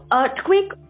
earthquake